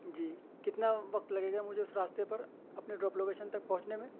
جی کتنا وقت لگے گا مجھے اس راستے پر اپنے ڈروپ کولیشن تک پہنچنے میں